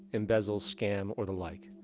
embezzle, scam, or the like.